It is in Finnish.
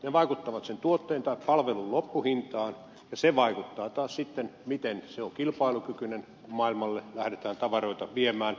ne vaikuttavat sen tuotteen tai palvelun loppuhintaan ja se vaikuttaa taas sitten miten se on kilpailukykyinen kun maailmalle lähdetään tavaroita viemään